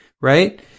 right